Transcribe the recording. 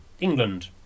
England